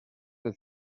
del